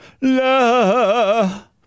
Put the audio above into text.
love